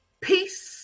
Peace